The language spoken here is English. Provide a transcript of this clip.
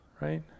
right